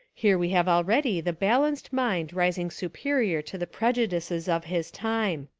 here we have already the balanced mind rising superior to the prejudices of his time.